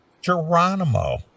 Geronimo